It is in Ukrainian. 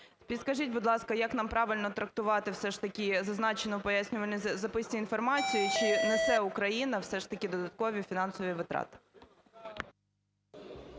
Підкажіть, будь ласка, як нам правильно трактувати все ж таки зазначену в пояснювальні записці інформацію, чи несе Україна все ж таки додаткові фінансові витрати?